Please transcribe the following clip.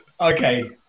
Okay